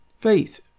faith